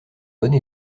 bonne